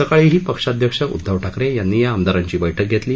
सकाळीही पक्षाध्यक्ष उद्धव ठाकरे यांनी या आमदारांची बैठक घेतली